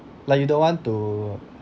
like you don't want to